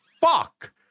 fuck